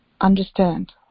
understand